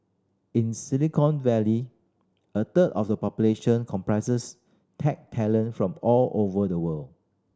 in Silicon Valley a third of the population comprises tech talent from all over the world